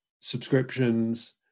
subscriptions